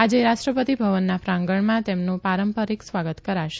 આજે રાષ્ટ્ર તિ ભવનના પ્રાંગણમાં તેમનું ારં રિક સ્વાગત કરાશે